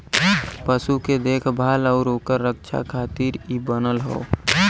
पशु के देखभाल आउर उनके रक्षा खातिर इ बनल हौ